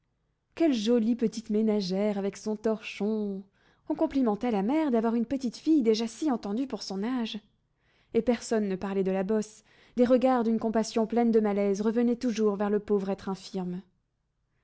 quelle jolie petite ménagère avec son torchon on complimenta la mère d'avoir une petite fille déjà si entendue pour son âge et personne ne parlait de la bosse des regards d'une compassion pleine de malaise revenaient toujours vers le pauvre être infirme